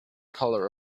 colour